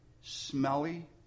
smelly